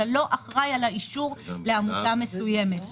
לא אחראי על האישור לעמותה מסוימת.